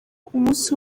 umunsi